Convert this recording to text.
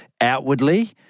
outwardly